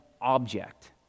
object